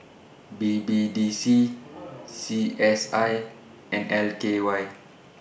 B B D C C S I and L K Y